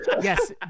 Yes